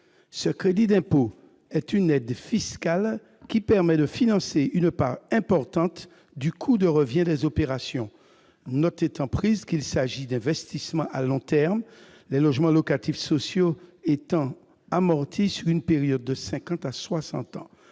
Ce crédit d'impôt est une aide fiscale qui permet de financer une part importante du coût de revient des opérations, note étant prise qu'il s'agit d'investissements à long terme, les logements locatifs sociaux étant amortis sur une période de cinquante